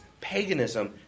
Paganism